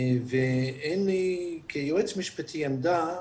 ואין לי כיועץ משפטי עמדה,